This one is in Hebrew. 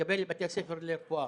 ולהתקבל לבתי הספר לרפואה.